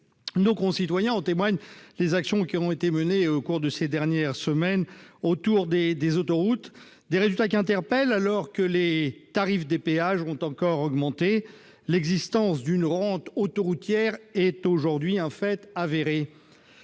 nos concitoyens, comme en témoignent les actions qui ont été menées au cours de ces dernières semaines sur les autoroutes, et ce alors que les tarifs des péages ont encore augmenté. L'existence d'une rente autoroutière est aujourd'hui un fait avéré.